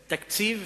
תקציב,